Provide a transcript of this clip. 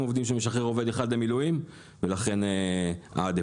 עובדים שמשחרר עובד אחד למילואים ולכן האדפטציה.